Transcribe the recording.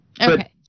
okay